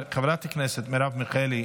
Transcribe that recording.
חברת הכנסת מרב מיכאלי,